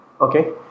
Okay